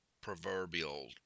proverbial